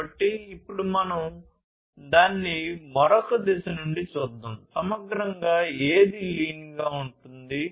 కాబట్టి ఇప్పుడు మనం దానిని మరొక దిశ నుండి చూద్దాం సమగ్రంగా ఏది lean గా ఉంటుంది